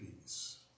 peace